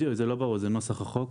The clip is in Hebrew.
בדיוק, זה לא ברור, זה נוסח החוק.